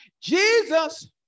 Jesus